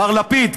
מר לפיד,